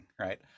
right